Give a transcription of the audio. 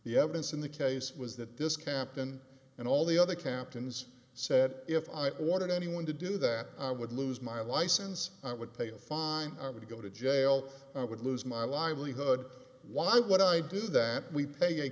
the evidence in the case was that this captain and all the other captains said if i wanted anyone to do that i would lose my license i would pay a fine i would go to jail i would lose my livelihood why would i do that we pa